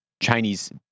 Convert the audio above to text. Chinese